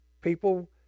People